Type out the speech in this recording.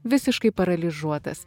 visiškai paralyžiuotas